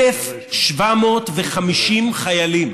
1,750 חיילים